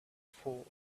fall